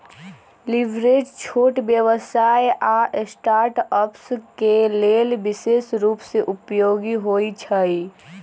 leverage छोट व्यवसाय आऽ स्टार्टअप्स के लेल विशेष रूप से उपयोगी होइ छइ